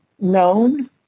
known